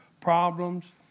problems